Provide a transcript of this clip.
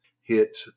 hit